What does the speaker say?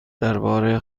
درباره